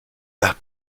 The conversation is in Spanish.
las